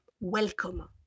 welcome